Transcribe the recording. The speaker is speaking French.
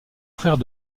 frère